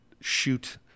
shoot